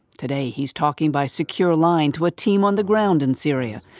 today, he's talking by secure line to a team on the ground in syria.